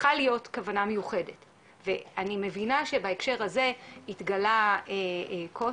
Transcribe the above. צריכה להיות כוונה מיוחדת ואני מבינה שבהקשר הזה התגלה קושי,